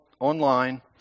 online